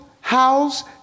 house